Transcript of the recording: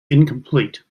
incomplete